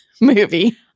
movie